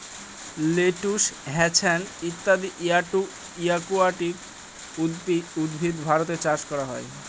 lettuce, hyacinth ইত্যাদি aquatic উদ্ভিদ ভারতে চাষ করা হয়